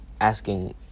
asking